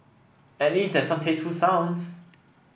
at least there's some tasteful sounds